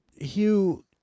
Hugh